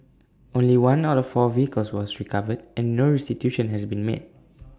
only one out of four vehicles was recovered and no restitution has been made